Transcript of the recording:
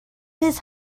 his